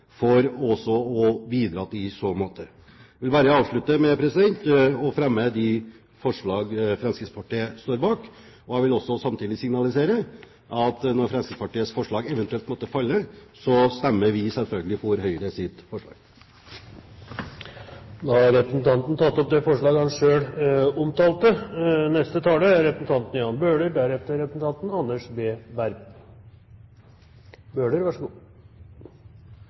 for også å bidra i så måte. Til slutt vil jeg fremme det forslaget Fremskrittspartiet står bak. Jeg vil samtidig signalisere at om Fremskrittspartiets forslag eventuelt måtte falle, stemmer vi selvfølgelig for Høyres forslag. Representanten Per Sandberg har tatt opp det forslaget han